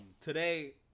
Today